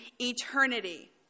eternity